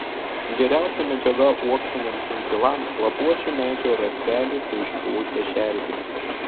geriausia medžiaga uoksiniams inkilams lapuočių medžių rąsteliai su išpuvusia šerdimi